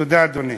תודה, אדוני.